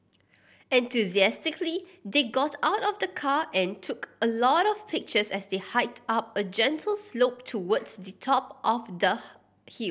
enthusiastically they got out of the car and took a lot of pictures as they hiked up a gentle slope towards the top of the hill